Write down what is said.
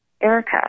Erica